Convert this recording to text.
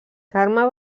carme